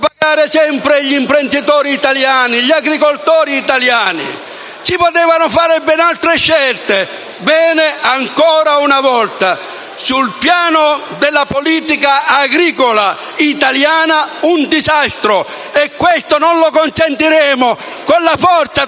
pagare sempre gli imprenditori italiani e gli agricoltori italiani? Si potevano fare ben altre scelte. Ancora una volta, sul piano della politica agricola italiana, è un disastro. E questo non lo consentiremo, con la forza e con